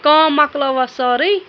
کٲم مۄکلٲوا سٲرٕے